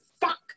fuck